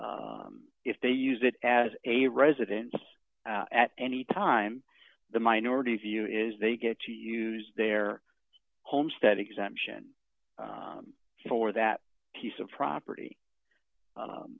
l if they use it as a residence at anytime the minority view is they get to use their homestead exemption for that piece of property